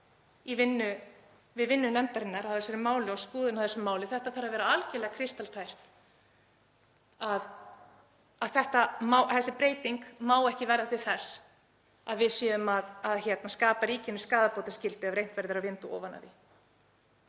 við vinnu nefndarinnar á þessu máli og skoðun á þessu máli. Þetta þarf að vera algerlega kristaltært. Þessi breyting má ekki verða til þess að við séum að skapa ríkinu skaðabótaskyldu ef reynt verður að vinda ofan af því.